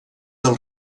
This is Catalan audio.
del